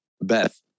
Beth